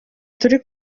turi